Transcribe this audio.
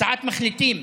הצעת מחליטים,